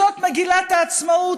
זאת מגילת העצמאות,